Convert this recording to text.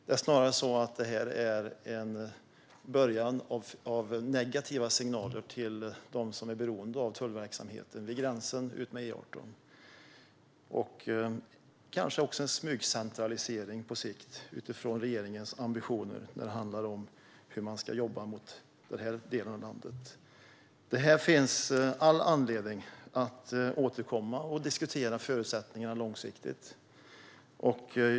Det är snarare så att det här är början på negativa signaler till dem som är beroende av tullverksamheten vid gränsen utmed E18 och på sikt kanske också en smygcentralisering utifrån regeringens ambitioner när det handlar om hur man ska jobba mot den här delen av landet. Här finns det all anledning att återkomma och diskutera förutsättningarna långsiktigt.